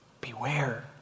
Beware